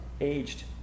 aged